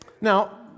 Now